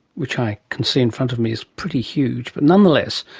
which i can see in front of me is pretty huge, but nonetheless,